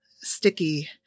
sticky